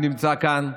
שנמצא כאן,